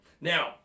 Now